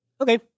Okay